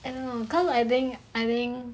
I don't know cause I think I think